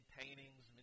paintings